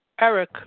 Eric